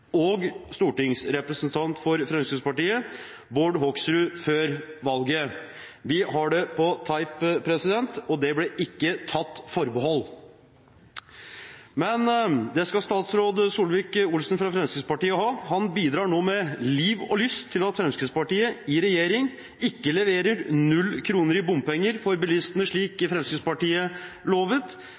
og stortingsrepresentant for Fremskrittspartiet Bård Hoksrud før valget. Vi har det på tape, og det ble ikke tatt forbehold. Men det skal statsråd Solvik-Olsen fra Fremskrittspartiet ha – han bidrar nå med liv og lyst til at Fremskrittspartiet i regjering ikke leverer null kroner i bompenger for bilistene, slik Fremskrittspartiet lovet,